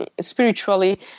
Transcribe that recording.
spiritually